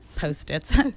Post-its